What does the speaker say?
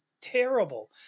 terrible